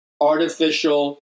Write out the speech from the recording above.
artificial